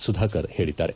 ಸುಧಾಕರ್ ಹೇಳಿದ್ದಾರೆ